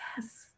yes